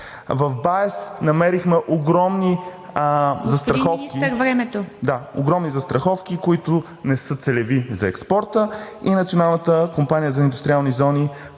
ПЕТКОВ: ...огромни застраховки, които не са целеви за експорта, и Националната компания за индустриални зони